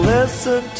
Listen